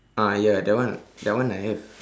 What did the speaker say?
ah ya that one that one I have